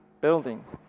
buildings